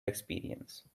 experience